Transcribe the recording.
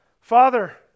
Father